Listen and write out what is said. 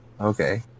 Okay